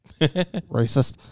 Racist